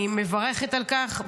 אני מברכת על כך.